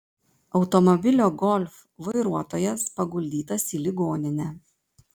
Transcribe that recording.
automobilio golf vairuotojas paguldytas į ligoninę